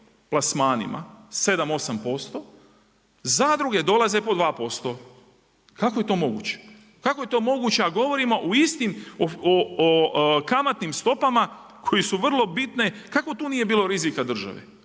plasmanima 7, 8%, zadruge dolaze po 2%. Kako je to moguće? Kako je to moguće a govorimo o istim, kamatnim stopama koje su vrlo bitne, kako tu nije bilo rizika države?